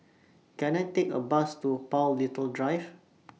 Can I Take A Bus to Paul Little Drive